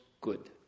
good